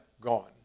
gone